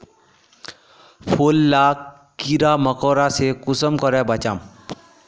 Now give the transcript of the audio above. फूल लाक कीड़ा मकोड़ा से कुंसम करे बचाम?